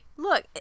Look